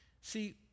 See